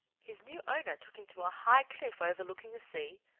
his new owner took him to a high cliff overlooking the sea,